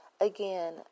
Again